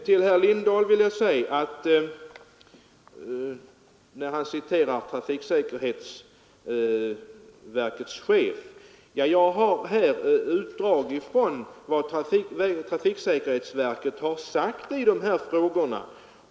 Till herr Lindahl, som citerade trafiksäkerhetsverkets chef, vill jag säga att jag här har ett utdrag av vad trafiksäkerhetsverket har yttrat i de här frågorna.